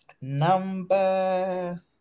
number